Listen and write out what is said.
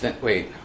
Wait